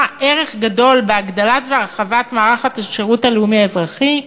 ערך גדול בהגדלת ובהרחבת מערך השירות הלאומי האזרחי,